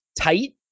tight